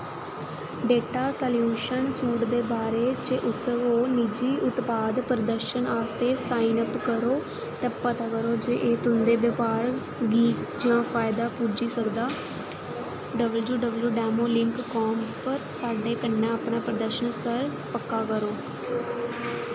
data solutions suite दे बारे च उत्सुक ओ निजी उत्पाद प्रदर्शन आस्तै साइन अप करो ते पता करो जे एह् तुं'दे बपार गी कि'यां फायदा पुज्जी सकदा ऐ W W demo link com पर साढ़े कन्नै अपना प्रदर्शन सत्र पक्का करो